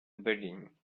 building